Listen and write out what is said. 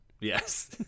Yes